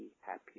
happy